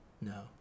No